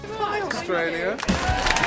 Australia